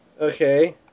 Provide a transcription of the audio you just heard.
Okay